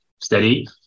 steady